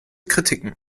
kritiken